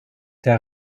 der